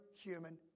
human